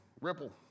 ripple